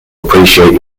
appreciate